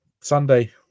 Sunday